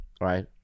right